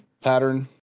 pattern